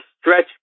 stretch